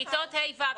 כיתות ה'-ו'